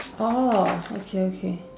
orh okay okay